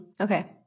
Okay